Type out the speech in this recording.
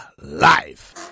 live